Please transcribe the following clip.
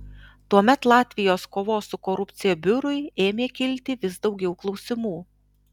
tuomet latvijos kovos su korupcija biurui ėmė kilti vis daugiau klausimų